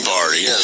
Party